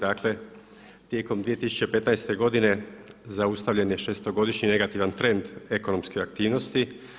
Dakle, tijekom 2015. godine zaustavljen je šestogodišnji negativni trend ekonomske aktivnosti.